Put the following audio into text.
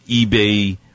eBay